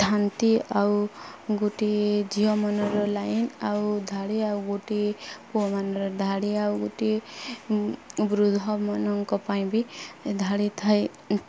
ଥାନ୍ତି ଆଉ ଗୋଟିଏ ଝିଅମାନର ଲାଇନ ଆଉ ଧାଡ଼ି ଆଉ ଗୋଟିଏ ପୁଅମାନର ଧାଡ଼ି ଆଉ ଗୋଟିଏ ବୃଦ୍ଧମାନଙ୍କ ପାଇଁ ବି ଧାଡ଼ିଥାଏ